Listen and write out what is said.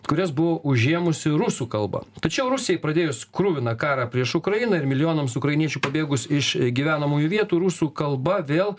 kurias buvo užėmusi rusų kalba tačiau rusijai pradėjus kruviną karą prieš ukrainą ir milijonams ukrainiečių pabėgus iš gyvenamųjų vietų rusų kalba vėl